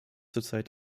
zurzeit